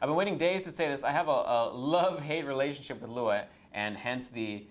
i've been waiting days to say this. i have a love-hate relationship with lua and hence the